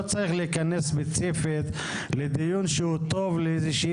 לא צריך להיכנס ספציפית לדיון שהוא טוב לאיזושהי